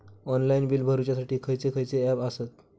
Online bill भरुच्यासाठी खयचे खयचे ऍप आसत?